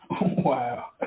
Wow